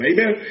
Amen